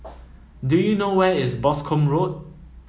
do you know where is Boscombe Road